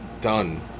done